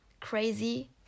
crazy